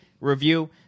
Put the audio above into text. Review